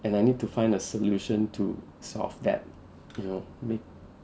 and I need to find a solution to solve that you know